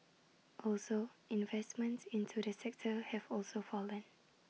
also investments into the sector have also fallen